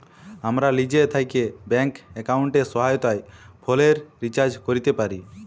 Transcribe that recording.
আমরা লিজে থ্যাকে ব্যাংক এক্কাউন্টের সহায়তায় ফোলের রিচাজ ক্যরতে পাই